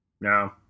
No